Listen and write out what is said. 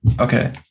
Okay